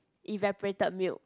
evaporated milk